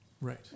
Right